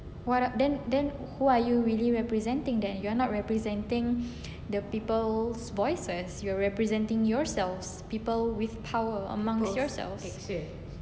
what then then who are you really representing that you are not representing the people's voices you are representing yourselves people with power amongst yourselves